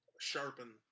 sharpen